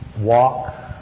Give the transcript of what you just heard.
walk